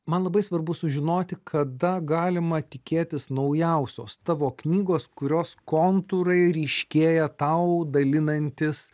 man labai svarbu sužinoti kada galima tikėtis naujausios tavo knygos kurios kontūrai ryškėja tau dalinantis